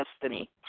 destiny